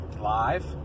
live